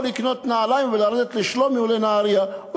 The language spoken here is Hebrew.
או לרדת לשלומי או לנהרייה לקנות נעליים.